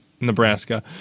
Nebraska